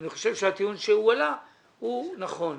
אני חושב שהטיעון שהוא העלה הוא נכון.